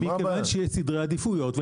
מכיוון שיש סדרי עדיפויות,